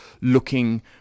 looking